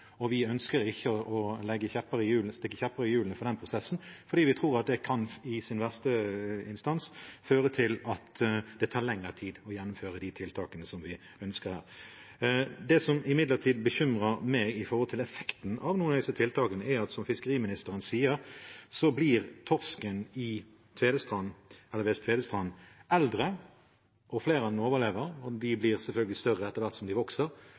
og vi ønsker ikke å stikke kjepper i hjulene for den prosessen, fordi vi tror det i verste instans kan føre til at det tar lengre tid å gjennomføre de tiltakene som vi ønsker. Det som imidlertid bekymrer meg i forhold til effekten av noen av disse tiltakene, er – som fiskeriministeren sier – at torsken ved Tvedestrand blir eldre. Flere av dem overlever, og de blir selvfølgelig større etter hvert som de vokser,